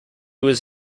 was